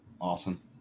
awesome